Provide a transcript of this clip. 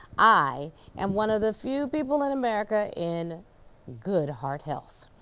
i am one of the few people in america in good heart health.